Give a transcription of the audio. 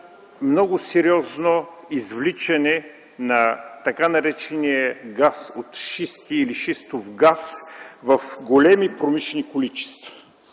много сериозно извличане на, така нареченият газ от шисти или шистов газ, в големи промишлени количества.